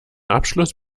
abschluss